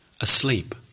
asleep